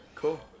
Cool